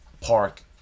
park